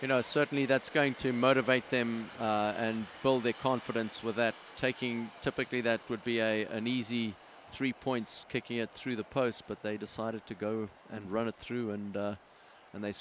you know certainly that's going to motivate them and build a confidence with that taking typically that would be a an easy three points kick here through the post but they decided to go and run it through and and they